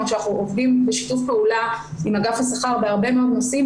למרות שאנחנו עובדים בשיתוף פעולה עם אגף השכר בהרבה מאוד נושאים,